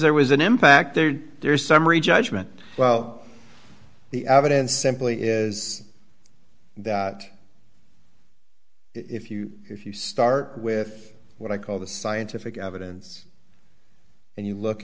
there was an impact there there is summary judgment well the evidence simply is that if you if you start with what i call the scientific evidence and you look